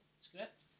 script